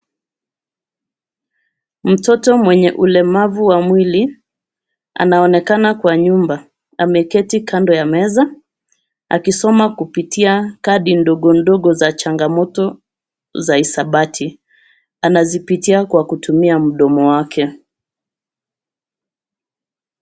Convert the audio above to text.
Mtoto mwenye ulemavu wa mwili anaonekana kwa nyumba. Ameketi kando ya meza, akisoma kupitia kadi ndogo ndogo za changamoto za hisabati. Anazipitia kwa kutumia mdomo wake.